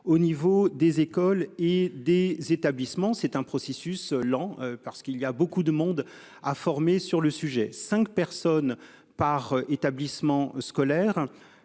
au niveau des écoles et des établissements. C'est un processus lent parce qu'il y a beaucoup de monde a former sur le sujet. 5 personnes par établissement scolaire.